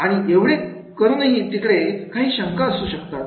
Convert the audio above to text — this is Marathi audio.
आणि एवढे करू नये तिकडे काही शंका सुद्धा असू शकतात